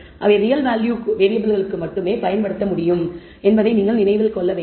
அவை real value வேறியபிள்களுக்கு மட்டுமே பயன்படுத்த முடியும் என்பதை நீங்கள் கவனிக்க வேண்டும்